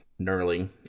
knurling